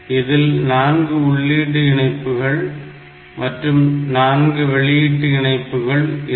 இதில் 4 உள்ளீட்டு இணைப்புகள் மற்றும் 4 வெளியீட்டு இணைப்புகள் இருக்கும்